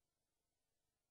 יודעים,